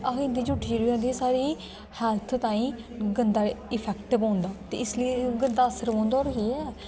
अस इंदी झूठी चीज कि नी खंदे क्योकि एह् साढ़ी हेल्थ तांई गंदा इफेक्ट पौंदा ते इसले गंदा असर पौंदा और केह् ऐ